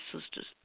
sisters